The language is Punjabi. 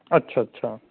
ਅੱਛਾ ਅੱਛਾ